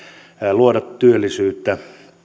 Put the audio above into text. luoda työllisyyttä tähän maahan